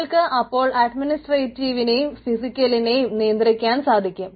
നമ്മൾക്ക് അപ്പോൾ അഡ്മിനിസ്ട്രേറ്റീവിനെയും ഫിസിക്കലിനേയും നിയന്ത്രിക്കാൻ സാധിക്കും